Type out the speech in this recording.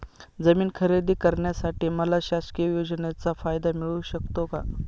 जमीन खरेदी करण्यासाठी मला शासकीय योजनेचा फायदा मिळू शकतो का?